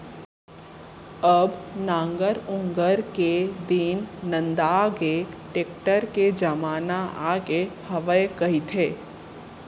अब नांगर ऊंगर के दिन नंदागे, टेक्टर के जमाना आगे हवय कहिथें